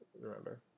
remember